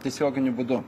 tiesioginiu būdu